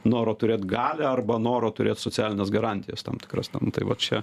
noro turėt galią arba noro turėt socialines garantijas tam tikras tam tai va čia